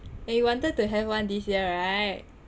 you wanted to have one this year right